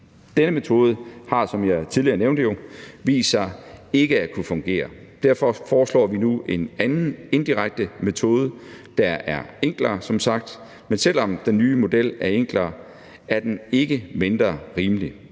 Denne metode har, som jeg tidligere nævnte, vist sig ikke at kunne fungere. Derfor foreslår vi nu en anden indirekte metode, der som sagt er enklere, men selv om den nye model er enklere, er den ikke mindre rimelig.